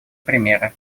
примеры